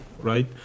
right